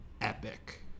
epic